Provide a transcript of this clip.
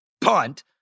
punt